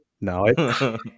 No